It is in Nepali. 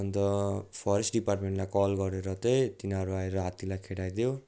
अन्त फरेस्ट डिपार्टमेन्टलाई कल गरेर चाहिँ तिनीहरू आएर हात्तीलाई खेदाइदियो